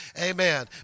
amen